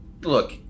look